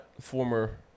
former